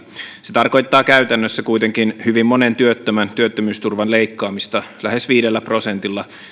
se tarkoittaa käytännössä kuitenkin hyvin monen työttömän työttömyysturvan leikkaamista lähes viidellä prosentilla